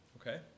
Okay